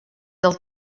del